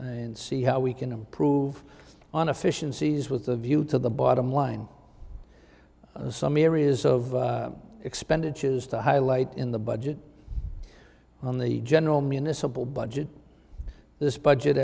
and see how we can improve on official seas with a view to the bottom line some areas of expenditures to highlight in the budget on the general municipal budget this budget